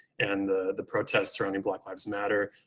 and the the protest surrounding black lives matter.